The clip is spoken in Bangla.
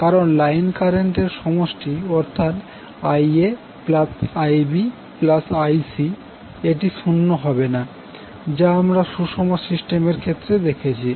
কারণ লাইন কারেন্ট এর সমষ্টি অর্থাৎ IaIbIc এটি 0 হবে না যা আমরা সুষম সিস্টেমের ক্ষেত্রে দেখেছি